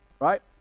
right